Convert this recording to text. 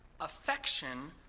Affection